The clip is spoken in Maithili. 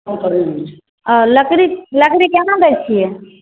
आ लकड़ी लकड़ी केना दै छियै